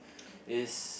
is